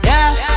Yes